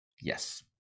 yes